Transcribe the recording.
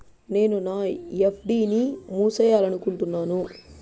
నేను నా ఎఫ్.డి ని మూసేయాలనుకుంటున్నాను